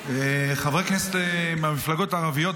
--- חברי הכנסת מהמפלגות הערביות,